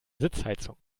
sitzheizung